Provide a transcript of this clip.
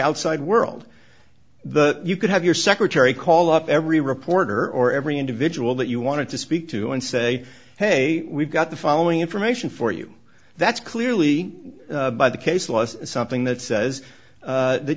outside world the you could have your secretary call up every reporter or every individual that you want to speak to and say hey we've got the following information for you that's clearly by the case law is something that says that